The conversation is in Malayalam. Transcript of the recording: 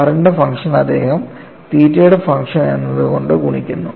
R ന്റെ ഫംഗ്ഷൻ അദ്ദേഹം തീറ്റയുടെ ഫംഗ്ഷൻ കൊണ്ട് ഗുണിക്കുന്നു